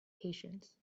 patience